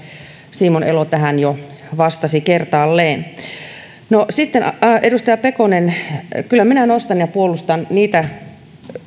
simon elo tähän jo vastasi kertaalleen sitten edustaja pekonen kyllä minä nostan ja puolustan niitä